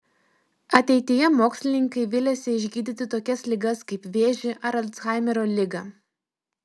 ateityje mokslininkai viliasi išgydyti tokias ligas kaip vėžį ar alzhaimerio ligą